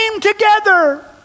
together